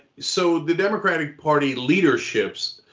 so, the democratic party leaderships